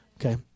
okay